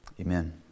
Amen